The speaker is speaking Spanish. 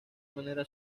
manera